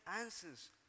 answers